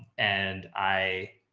and i